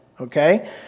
okay